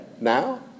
now